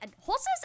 Horses